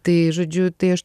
tai žodžiu tai aš